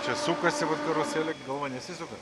čia sukasi va karuselė galva nesisuka